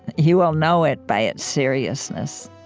you will know it by its seriousness.